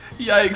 Yikes